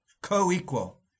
co-equal